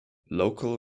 local